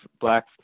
black